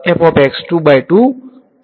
વિદ્યાર્થી